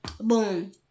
Boom